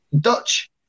Dutch